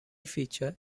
feature